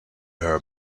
her